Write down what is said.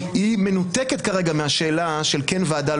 מנותקת כרגע מהשאלה של כן ועדה,